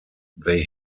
they